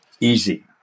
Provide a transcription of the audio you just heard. Easy